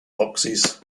boxes